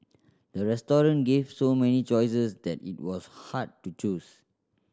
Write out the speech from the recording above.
the restaurant gave so many choices that it was hard to choose